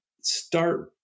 start